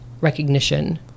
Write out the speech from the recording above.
recognition